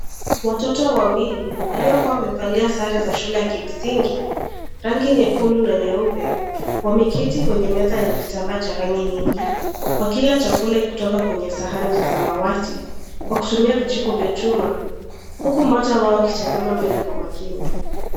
Watoto wawili waliokuwa wamevalia sare za shule ya msingi na ya rangi nyekundu na nyeupe , wameketi kwenye meza enye kitabaa cha rangi nyingi, wakila chakula kutoka sahani za samawati kwa kutumia vijiko cha chuma huku moja wao akitazama mbele kwa makini.